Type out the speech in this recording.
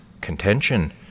Contention